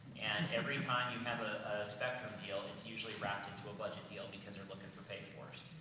and every time you have a spectrum yield, it's usually wrapped into a budget deal, because you're looking for pay force.